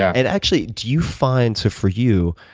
and actually, do you find, so for you,